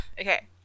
Okay